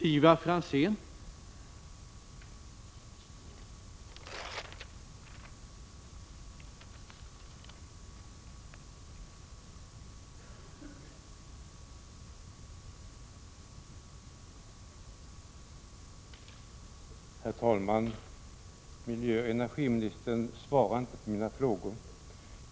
Herr talman! Miljöoch energiministern svarar inte på mina frågor.